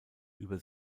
über